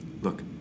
Look